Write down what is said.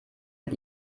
mit